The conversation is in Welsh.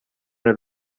oedd